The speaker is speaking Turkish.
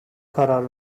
karar